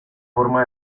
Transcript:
forma